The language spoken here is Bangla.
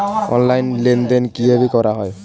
অনলাইন লেনদেন কিভাবে করা হয়?